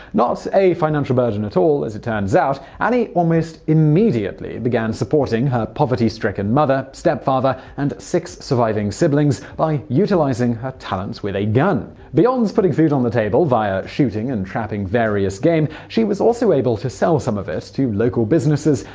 not a financial burden at all, as it turns out, annie almost immediately began supporting her poverty-stricken mother, step-father, and six surviving siblings by utilizing her talents with a gun. beyond putting food on the table via shooting and trapping various game, she was also able to sell some of it to certain local businesses,